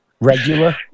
Regular